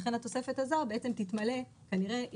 לכן התוספת הזאת בעצם תתמלא כנראה,